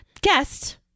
Guest